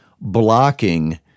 blocking